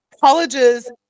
colleges